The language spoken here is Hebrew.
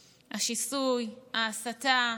השיסוי, ההסתה,